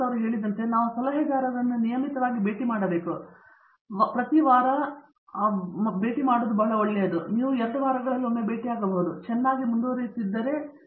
ಹಾಗಾಗಿ ರಂಗ ಹೇಳಿದಂತೆ ನಾವು ಸಲಹೆಗಾರರನ್ನು ನಿಯಮಿತವಾಗಿ ಭೇಟಿ ಮಾಡಬೇಕು ಮತ್ತು ಪ್ರತಿ ವಾರದ ಆರಂಭದಲ್ಲಿ ಬಹುಶಃ ಬಹಳ ಒಳ್ಳೆಯದು ಮತ್ತು ನೀವು 2 ವಾರಗಳಲ್ಲಿ ಒಮ್ಮೆ ಭೇಟಿ ಆಗಬಹುದು ಮತ್ತು ನೀವು ಚೆನ್ನಾಗಿ ಮುಂದುವರಿಯುತ್ತಿದ್ದರೆ ನೀವು ಚೆನ್ನಾಗಿ ಮಾಡುತ್ತಿದ್ದೀರಿ